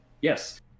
yes